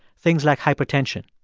things like hypertension.